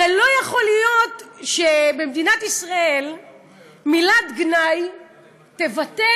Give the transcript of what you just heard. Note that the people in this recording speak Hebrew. הרי לא יכול להיות שבמדינת ישראל מילת גנאי תבטא